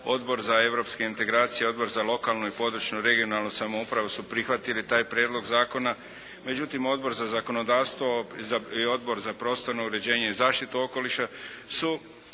Odbor za europske integracije, odbor za lokalnu i područnu regionalnu samoupravu su prihvatili taj prijedlog zakona, međutim, Odbor za zakonodavstvo i Odbor za prostorno uređenje i zaštitu okoliša su